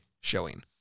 showing